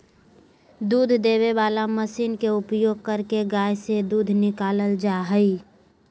दूध देबे वला मशीन के उपयोग करके गाय से दूध निकालल जा हइ